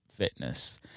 fitness